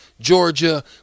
Georgia